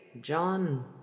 John